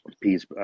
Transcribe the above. peace